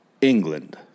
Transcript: England